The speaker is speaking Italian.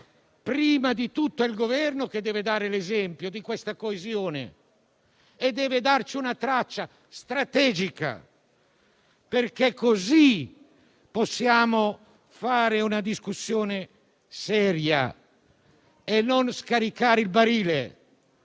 prima di tutto il Governo che deve dare esempio di coesione e deve darci una traccia strategica, perché così possiamo affrontare una discussione seria e non scaricare il barile,